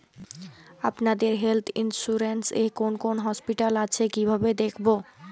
আপনাদের health insurance এ কোন কোন হসপিটাল আছে কিভাবে দেখবো?